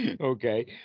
Okay